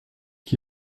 qui